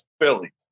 Philly